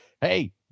Hey